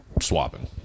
swapping